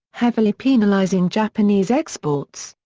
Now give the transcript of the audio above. heavily penalising japanese exports.